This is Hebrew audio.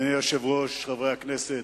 אדוני היושב-ראש, חברי הכנסת,